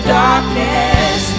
darkness